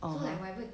uh